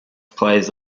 plays